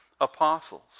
apostles